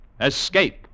Escape